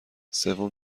سوم